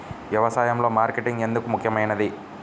వ్యసాయంలో మార్కెటింగ్ ఎందుకు ముఖ్యమైనది?